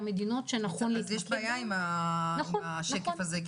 המדינות שנכון --- יש בעיה עם השקף הזה,